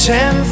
Ten